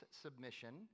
submission